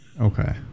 okay